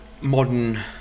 modern